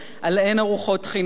על אין ארוחות חינם.